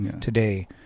today